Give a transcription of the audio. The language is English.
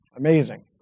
Amazing